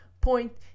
point